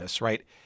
Right